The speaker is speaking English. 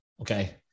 Okay